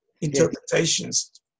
interpretations